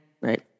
right